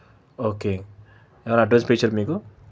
okay advance pay చేయాల్ మీకు